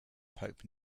pope